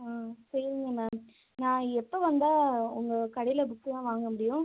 ஆ சரிங்க மேம் நான் எப்போ வந்தால் உங்கள் கடையில் புக்கெலாம் வாங்க முடியும்